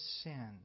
sin